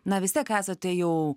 na vis tiek esate jau